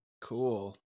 Cool